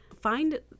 find